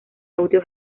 audio